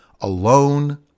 alone